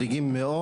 מדאיגים מאוד.